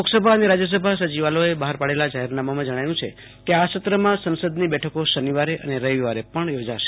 લોકસભા અને રાજયસભા સચિવાલયોએ બહાર પાડેલા જાહેરનામામાં જણાવ્યું છેકે આ સત્ર માં સંસદની બેઠકો શનિવારે અને રવિવારે પણ યોજાશે